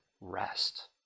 rest